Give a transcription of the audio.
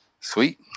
sweet